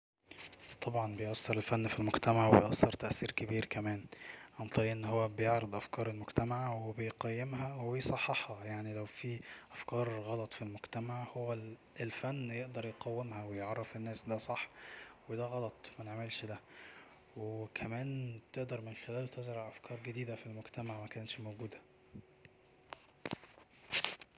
طبعا بيأثر الفن في المجتمع وبيأثر تأثير كبير كمان عن طريق أن هو بيعرض افكار المجتمع وبيقيمها وبيصححها يعني لو في افكار غلط في المجتمع هو الفن يقدر يقومها ويعرف الناس دا صح ودا غلط منعملش دا وكمان تقدر من خلاله تزرع افكار جديدة في المجتمع مكانتش موجودة